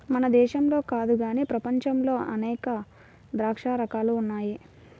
మన దేశంలో కాదు గానీ ప్రపంచంలో అనేక ద్రాక్ష రకాలు ఉన్నాయి